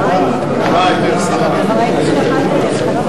ההסתייגות של קבוצת סיעת קדימה לסעיף 38,